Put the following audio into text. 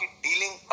dealing